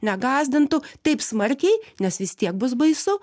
negąsdintų taip smarkiai nes vis tiek bus baisu